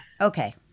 Okay